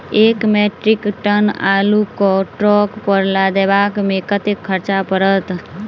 एक metric ton आलु केँ ट्रक पर लदाबै मे कतेक खर्च पड़त?